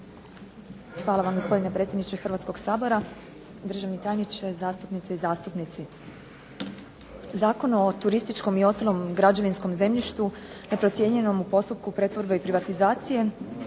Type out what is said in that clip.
Hvala. Gospodine predsjedniče Hrvatskoga sabora, državni tajniče, zastupnice i zastupnici. Zakon o turističkom i ostalom građevinskom zemljištu neprocijenjenom u postupku pretvorbe i privatizacije